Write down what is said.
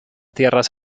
tierras